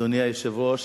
אדוני היושב-ראש.